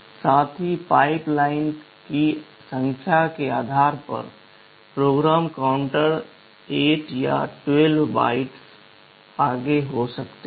साथ ही pipeline की संख्या के आधार पर PC 8 या 12 बाइट आगे हो सकता है